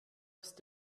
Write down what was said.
ist